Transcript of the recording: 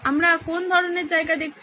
আমরা কোন ধরনের জায়গা দেখছি